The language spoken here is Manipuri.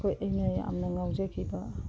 ꯑꯩꯈꯣꯏ ꯑꯩꯅ ꯌꯥꯝꯅ ꯉꯥꯎꯖꯈꯤꯕ